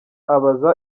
aba